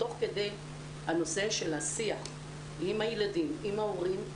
תוך כדי הנושא של השיח עם הילדים ועם ההורים,